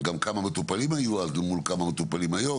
כמה מטופלים היו אז לעומת מספר המטופלים היום?